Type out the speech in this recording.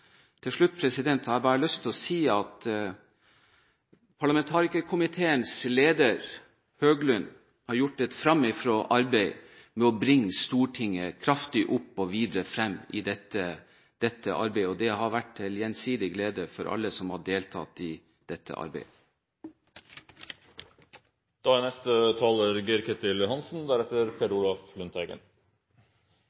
Til slutt har jeg lyst til å si at parlamentarikerkomiteens leder, Høglund, har gjort et framifrå arbeid med å bringe Stortinget kraftig opp og videre frem i dette arbeidet, og det har vært til gjensidig glede for alle som har deltatt.